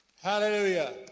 Hallelujah